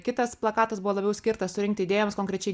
kitas plakatas buvo labiau skirtas surinkti idėjoms konkrečiai